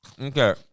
Okay